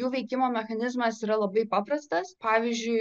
jų veikimo mechanizmas yra labai paprastas pavyzdžiui